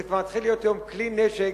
זה כבר התחיל להיות כלי נשק